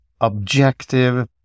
objective